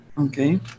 okay